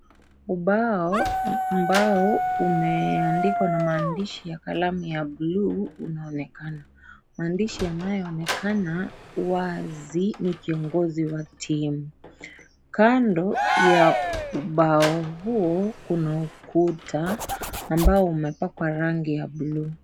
Ubao ambao umeandikwa na maandishi ya kalamu ya bluu unaonekana, maandishi yanayo onekana wazi ni kiongozi wa timu kando ya ubao huo kuna ukuta ambao umepakwa rangi ya bluu.